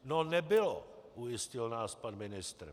No nebylo, ujistil nás pan ministr.